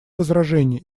возражений